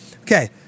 Okay